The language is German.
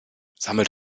sammelt